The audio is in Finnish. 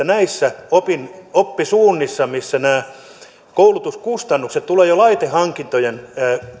näissä oppisuunnissa missä nämä koulutuskustannukset tulevat jo laitehankintojen